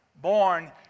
born